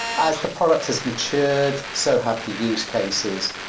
as the product has matured, so have the use cases.